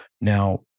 Now